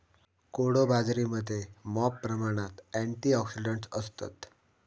कोडो बाजरीमध्ये मॉप प्रमाणात अँटिऑक्सिडंट्स असतत